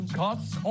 costs